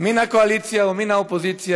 מן הקואליציה ומן האופוזיציה,